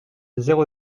zéro